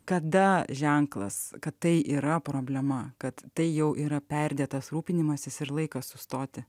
kada ženklas kad tai yra problema kad tai jau yra perdėtas rūpinimasis ir laikas sustoti